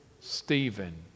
Stephen